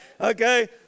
okay